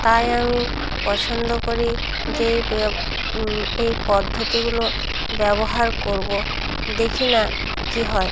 তাই আমি পছন্দ করি যে এই পদ্ধতিগুলো ব্যবহার করব দেখি না কী হয়